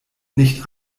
nicht